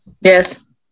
Yes